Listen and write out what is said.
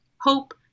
hope